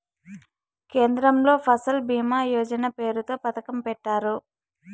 కేంద్రంలో ఫసల్ భీమా యోజన పేరుతో పథకం పెట్టారు